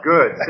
Good